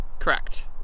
correct